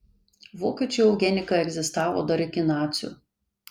vokiečių eugenika egzistavo dar iki nacių